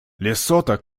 лесото